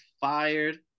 fired